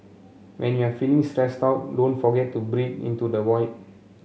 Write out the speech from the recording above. when you are feeling stressed out don't forget to breathe into the void